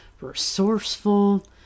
resourceful